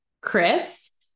Chris